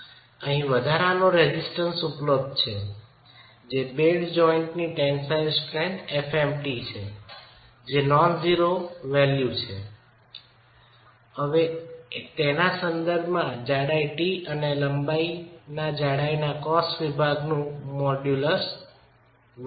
અહી વધારાના રેજિસ્ટન્ટ ઉપલબ્ધ છે જે બેડ જોઇંટની ટેન્સાઇલ સ્ટ્રેન્થ f mt છે જેને -નોન જીરો મૂલ્યનીતરીકે લઈએ અને આના સંદર્ભમાં જાડાઈ t અને લંબાઈના જાડાઈના ક્રોસ વિભાગનું મોડ્યુલસ 1 છે